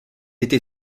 été